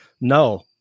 no